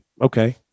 okay